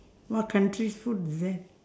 what country's food is that